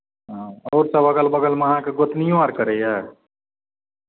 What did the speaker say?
हँ आओरसभ अगल बगलमे अहाँके गोतनिओ आर करैए